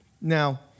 Now